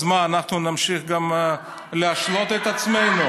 אז מה, אנחנו נמשיך גם להשלות את עצמנו?